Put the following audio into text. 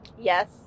Yes